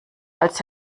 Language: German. als